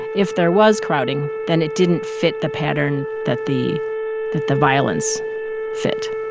if there was crowding, then it didn't fit the pattern that the that the violence fit,